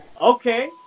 Okay